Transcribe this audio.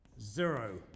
zero